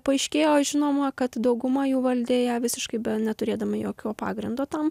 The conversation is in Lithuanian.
paaiškėjo žinoma kad dauguma jų valdė ją visiškai neturėdami jokio pagrindo tam